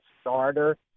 starter